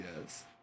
Yes